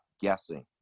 guessing